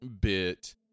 bit